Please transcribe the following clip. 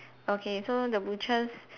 okay so the butchers